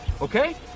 okay